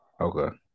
Okay